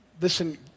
listen